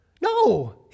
No